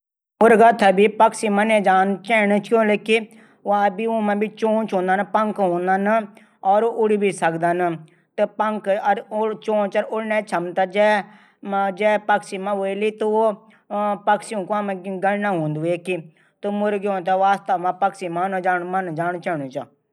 मुर्गा थै भी पक्षी मने जाणू चैणू चा। किले की ऊमा भि चोंच हूदन पंख हूदन। और ऊ उडी भी सकदन। और जै मा पःख और चोंच हूदी ऊडी सकदू ऊ पक्षी कैटेगरी मा आःदू।